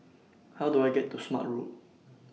How Do I get to Smart Road